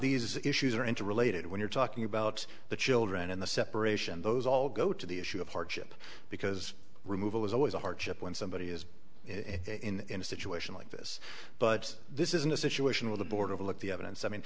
these issues are interrelated when you're talking about the children and the separation those all go to the issue of hardship because removal is always a hardship when somebody is in a situation like this but this isn't a situation where the board overlooked the evidence i mean